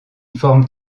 forme